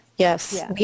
Yes